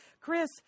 Chris